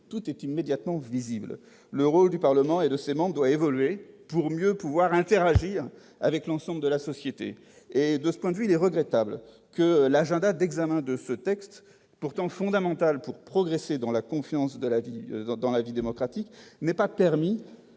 tout est immédiatement visible. Le rôle du Parlement et de ses membres doit donc évoluer, pour mieux interagir avec l'ensemble de la société. De ce point de vue, il est regrettable que l'agenda retenu pour l'examen de ce texte, pourtant fondamental pour progresser dans la confiance dans la vie démocratique, n'ait pas permis